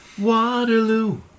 Waterloo